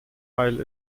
heil